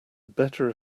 better